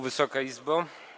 Wysoka Izbo!